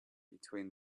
between